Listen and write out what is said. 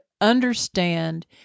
understand